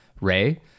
Ray